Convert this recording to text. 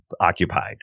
occupied